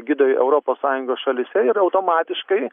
gidai europos sąjungos šalyse yra automatiškai